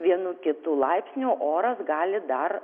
vienu kitu laipsniu oras gali dar